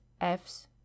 fs